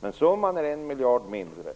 men summan är en miljard mindre.